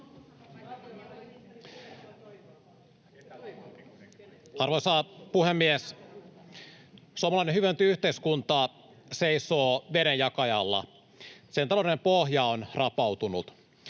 Arvoisa puhemies! Suomalainen hyvinvointiyhteiskunta seisoo vedenjakajalla. Sen taloudellinen pohja on rapautunut.